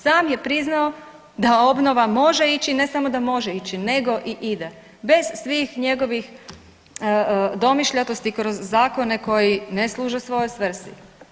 Sam je priznao da obnova može ići, ne samo da može ići nego i ide bez svih njegovih domišljatosti kroz zakone koji ne služe svojoj svrsi.